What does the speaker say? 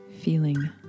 Feeling